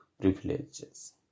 privileges